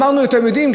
אמרנו: אתם יודעים,